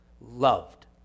loved